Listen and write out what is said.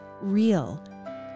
real